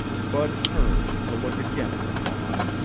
bud turned to look again at the fawn.